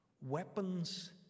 weapons